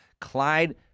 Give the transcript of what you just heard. Clyde